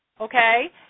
okay